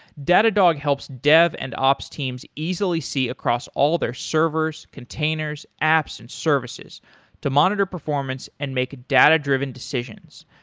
datadog helps dev and ops teams easily see across all their servers, containers, apps and services to monitor performance and make data-driven decisions.